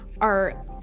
are-